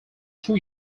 two